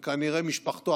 ומשפחתו,